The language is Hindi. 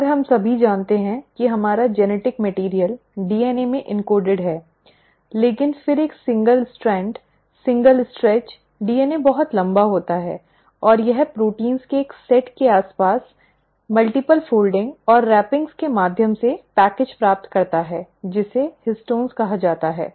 और हम सभी जानते हैं कि हमारा आनुवंशिक सामग्री डीएनए में एन्कोडेड है लेकिन फिर एक एकल स्ट्रैंड एक एकल खिंचाव डीएनए बहुत लंबा होता है और यह प्रोटीन के एक सेट के आसपास कई फोल्डिंग और आवरण के माध्यम से पैकेज प्राप्त करता है जिसे हिस्टोन कहा जाता है